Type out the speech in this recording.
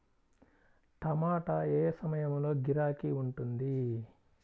టమాటా ఏ ఏ సమయంలో గిరాకీ ఉంటుంది?